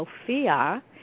Sophia